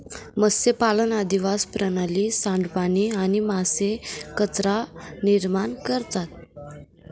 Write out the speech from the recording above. मत्स्यपालन अधिवास प्रणाली, सांडपाणी आणि मासे कचरा निर्माण करता